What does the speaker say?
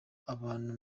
abantu